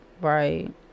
right